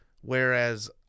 Whereas